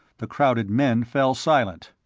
the crowded men fell silent.